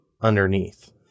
underneath